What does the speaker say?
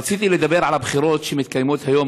רציתי לדבר על הבחירות שמתקיימות היום,